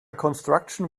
construction